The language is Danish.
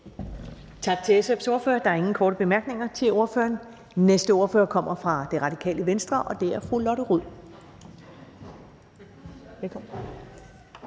Tak til SF's ordfører. Der er ingen korte bemærkninger til ordføreren. Næste ordfører kommer fra Radikale Venstre, og det er fru Lotte Rod. Kl.